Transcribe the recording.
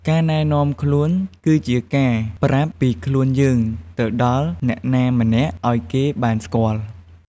ការណែនាំខ្លួនគឺជាការប្រាប់ពីខ្លួនយើងទៅដល់អ្នកណាម្នាក់ឲ្យគេបានស្គាល់ ។